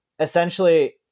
essentially